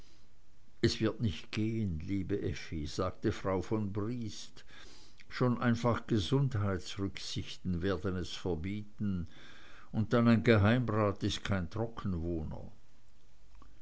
es wird nicht gehen liebe effi sagte frau von briest schon einfach gesundheitsrücksichten werden es verbieten und dann ein geheimrat ist kein